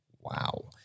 Wow